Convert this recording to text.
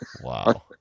Wow